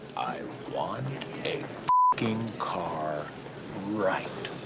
want a car right